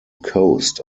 coast